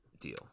deal